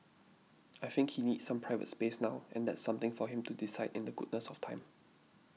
I think he needs some private space now and that's something for him to decide in the goodness of time